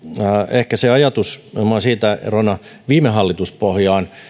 ehkä se ajatus nimenomaan erona viime hallituspohjaan